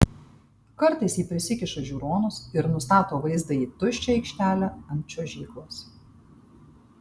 kartais ji prisikiša žiūronus ir nustato vaizdą į tuščią aikštelę ant čiuožyklos